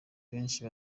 benshi